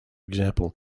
example